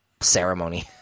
ceremony